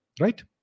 right